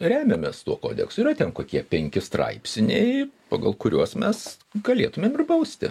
remiamės tuo kodeksu yra ten kokie penki straipsniai pagal kuriuos mes galėtumėm ir bausti